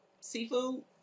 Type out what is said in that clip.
seafood